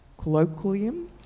Colloquium